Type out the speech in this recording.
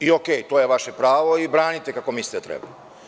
I ok, to je vaše pravo i branite kako mislite da treba.